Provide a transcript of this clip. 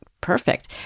perfect